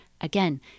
again